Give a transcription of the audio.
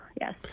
Yes